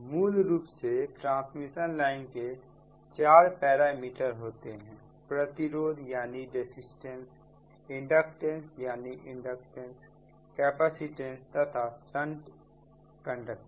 मूल रूप से ट्रांसमिशन लाइन के चार पैरामीटर होते हैं प्रतिरोध इंडक्टेंसकैपेसिटेंस तथा संट कंडक्टेंस